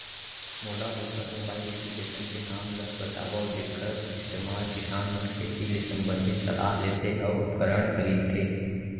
मोला वोकर mobile application के नाम ल बतावव जेखर इस्तेमाल किसान मन खेती ले संबंधित सलाह लेथे अऊ उपकरण खरीदथे?